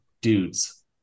dudes